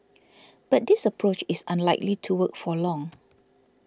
but this approach is unlikely to work for long